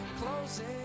Closing